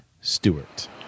Stewart